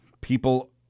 People